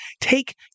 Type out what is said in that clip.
take